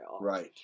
Right